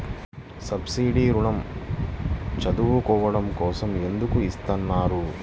Subsidy ఋణం చదువుకోవడం కోసం ఎందుకు ఇస్తున్నారు?